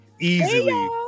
Easily